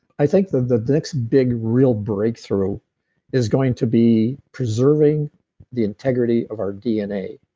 i think that the the next big real breakthrough is going to be preserving the integrity of our dna.